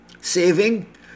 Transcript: saving